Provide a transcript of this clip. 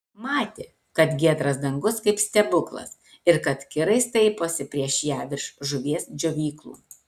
matė kad giedras dangus kaip stebuklas ir kad kirai staiposi prieš ją virš žuvies džiovyklų